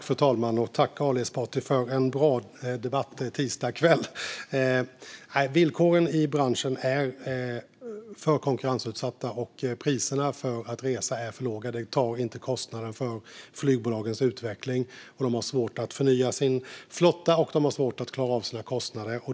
Fru talman! Jag tackar Ali Esbati för en bra debatt denna tisdagskväll. Villkoren i branschen är för konkurrensutsatta, och priserna för att resa är för låga. Det tar inte kostnaden för flygbolagens utveckling, och de har svårt att förnya sin flotta och klara av sina kostnader.